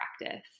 practice